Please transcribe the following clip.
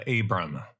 Abram